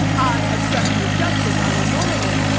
on obstruction of justice, on emoluments,